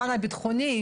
הפן הבטחוני,